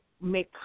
make